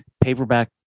Paperback